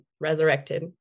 resurrected